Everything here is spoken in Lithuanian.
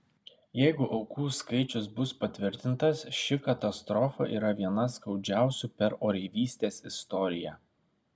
jeigu aukų skaičius bus patvirtintas ši katastrofa yra viena skaudžiausių per oreivystės istoriją